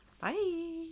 bye